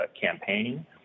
campaigning